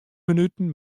minuten